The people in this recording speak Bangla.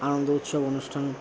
আনন্দ উৎসব অনুষ্ঠান